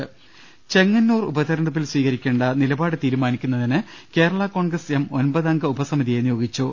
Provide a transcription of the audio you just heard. രുട്ട്ട്ട്ട്ട്ട്ട്ട ചെങ്ങന്നൂർ ഉപതെരഞ്ഞെടുപ്പിൽ സ്വീകരിക്കേണ്ട നിലപാട് തീരുമാനി ക്കുന്നതിന് കേരള കോൺഗ്രസ് എം ഒൻപതംഗ ഉപസമിതിയെ നിയോഗി ച്ചു